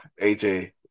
AJ